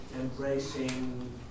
embracing